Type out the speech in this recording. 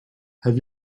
have